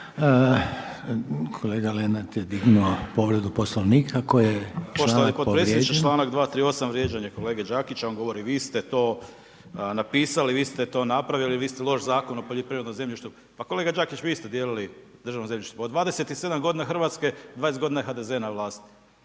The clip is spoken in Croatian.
povrijeđen? **Lenart, Željko (HSS)** Poštovani potpredsjedniče, čl. 238. vrijeđanje kolege Đakića. On govori vi ste to napisali, vi ste to napravili, vi ste loš zakon o poljoprivrednom zemljištu. Pa kolega Đakić, vi ste dijelili državno zemljište. OD 27 godina Hrvatske, 20 godina je HDZ na vlasti.